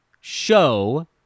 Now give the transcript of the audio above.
show